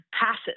passes